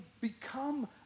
become